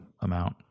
amount